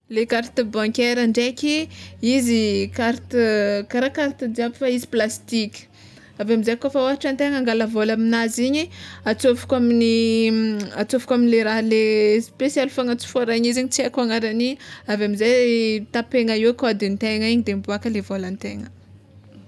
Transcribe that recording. Le carte bancaire ndraiky, izy carte kara carte jiaby fa izy plastiky; aveo amizay kôfa ôhatra antegna angala vôla aminazy igny atsôfoko amin'ny atsôfoko amle raha le spesialy fagnatsoforana izy igny tsy aiko agnarany aveo amizay tapegna eo kaodintegna igny de miboaka le vôlantegna.